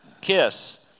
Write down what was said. Kiss